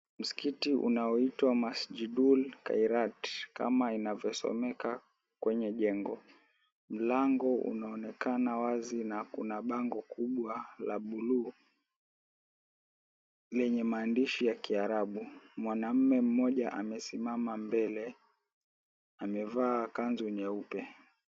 Msikiti unaoitwa Masjidul Kairat, kama inavyosomeka kwenye jengo. Mlango unaonekana wazi, na kuna bango kubwa la bluu lenye maandishi ya Kiarabu. Mwanamme mmoja amesimama mbele, amevaa kanzu nyeupe.